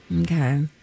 Okay